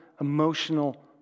emotional